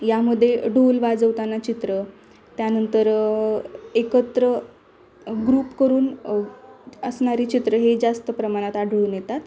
यामध्ये ढोल वाजवताना चित्र त्यानंतर एकत्र ग्रुप करून असणारे चित्र हे जास्त प्रमाणात आढळून येतात